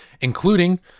including